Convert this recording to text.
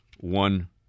one